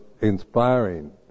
inspiring